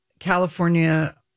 California